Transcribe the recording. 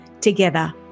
Together